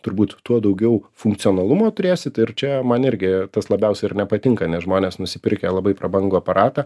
turbūt tuo daugiau funkcionalumo turėsit ir čia man irgi tas labiausiai ir nepatinka nes žmonės nusipirkę labai prabangų aparatą